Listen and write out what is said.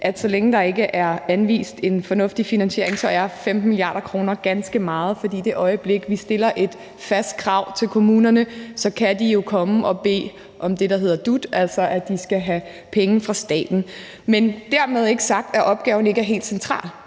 at så længe der ikke er anvist en fornuftig finansiering, er 15 mia. kr. ganske meget, for i det øjeblik, vi stiller et fast krav til kommunerne, kan de jo komme og bede om det, der hedder dut, altså at de skal have penge fra staten. Men dermed ikke sagt, at opgaven ikke er helt central.